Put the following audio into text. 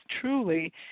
truly